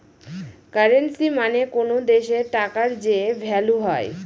currency মানে কোনো দেশের টাকার যে ভ্যালু হয়